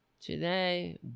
today